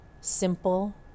simple